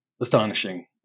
astonishing